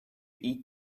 eat